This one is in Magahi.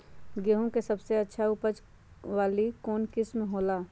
गेंहू के सबसे अच्छा उपज वाली कौन किस्म हो ला?